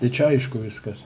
tai čia aišku viskas